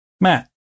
Matt